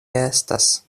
estas